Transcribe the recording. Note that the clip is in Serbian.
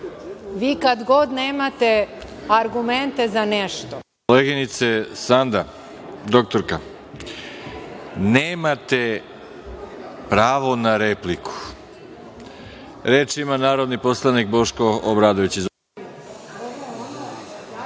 vi kad god nemate argumente za nešto…